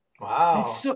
Wow